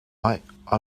i—i